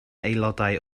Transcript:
aelodau